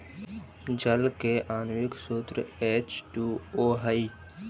जल के आण्विक सूत्र एच टू ओ हई